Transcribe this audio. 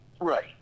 Right